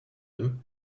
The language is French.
homme